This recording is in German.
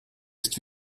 ist